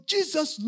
Jesus